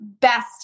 best